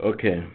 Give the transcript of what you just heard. Okay